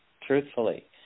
truthfully